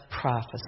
prophesy